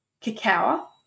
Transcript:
cacao